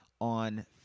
on